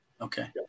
Okay